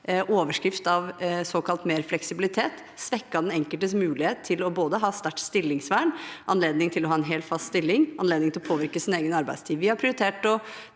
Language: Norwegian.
overskrift av såkalt mer fleksibilitet, svekket den enkeltes mulighet til både å ha sterkt stillingsvern, anledning til å ha en hel, fast stilling og anledning til å påvirke sin egen arbeidstid. Vi har først